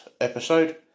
episode